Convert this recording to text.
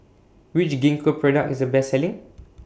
Which Gingko Product IS The Best Selling